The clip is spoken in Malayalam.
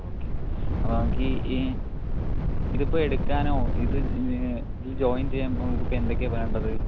ഓക്കേ അപ്പോൾ നമുക്ക് ഈ ഇതിപ്പോൾ എടുക്കാനോ ഇത് ജോയിൻ ചെയ്യാൻ നമുക്ക് ഇപ്പോൾ എന്തൊക്കെയാണ് വേണ്ടത്